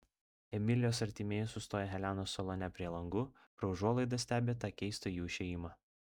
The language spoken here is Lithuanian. emilijos artimieji sustoję helenos salone prie langų pro užuolaidas stebi tą keistą jų išėjimą